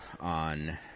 on